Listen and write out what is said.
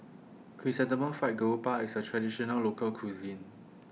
Chrysanthemum Fried Garoupa IS A Traditional Local Cuisine